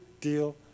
deal